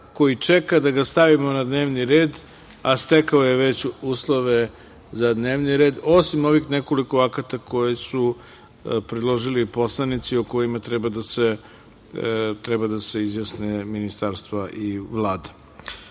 koji čeka da ga stavimo na dnevni red, a stekao je uslove za dnevni red, osim ovih nekoliko akata koje su predložili poslanici, o kojima treba da se izjasne ministarstva i Vlada. Ovo